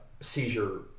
seizure